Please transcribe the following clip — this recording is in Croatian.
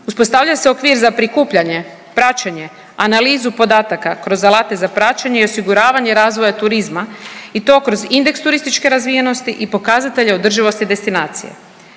Uspostavlja se okvir za prikupljanje, praćenje, analizu podataka kroz alate za praćenje i osiguravanje razvoja turizma i to kroz indeks turističke razvijenosti i pokazatelje održivosti destinacija.